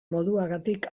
moduagatik